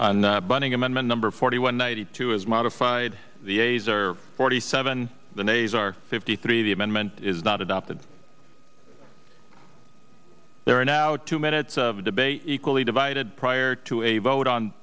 during bunning amendment number forty one ninety two as modified the a's are forty seven the nays are fifty three the amendment is not adopted there are now two minutes of debate equally divided prior to a vote on